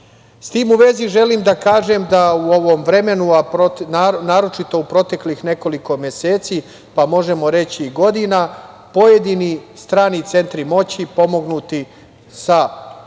tim u vezi, želim da kažem da u ovom vremenu, a naročito u proteklih nekoliko meseci, pa možemo reći i godina, pojedini strani centri moći, pomognuti sa